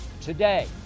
today